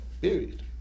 period